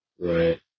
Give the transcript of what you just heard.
Right